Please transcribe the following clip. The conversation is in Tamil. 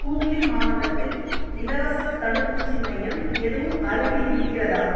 ஹூக்ளி மாவட்டத்தில் இலவசத் தடுப்பூசி மையம் எதுவும் அருகில் இருக்கிறதா